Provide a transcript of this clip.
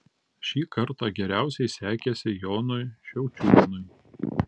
šį kartą geriausiai sekėsi jonui šiaučiūnui